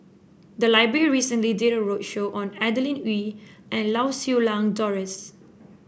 the library recently did a roadshow on Adeline Ooi and Lau Siew Lang Doris